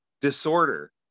disorder